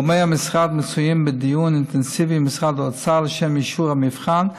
גורמי המשרד מצויים בדיון אינטנסיבי עם משרד האוצר לשם אישור המבחן,